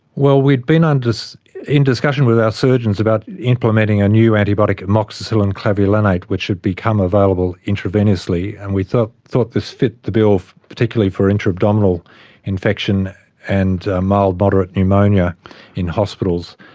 well, we'd been and in discussions with our surgeons about implementing a new antibiotic, amoxicillin clavulanate, which had become available intravenously, and we thought thought this fit the bill particularly for intra-abdominal infection and mild moderate pneumonia in hospitals.